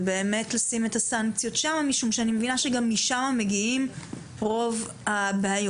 ובאמת לשים את הסנקציות שם משום שאני מבינה שגם משם מגיעות רוב הבעיות.